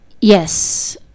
Yes